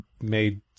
Made